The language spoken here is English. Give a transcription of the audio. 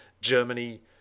Germany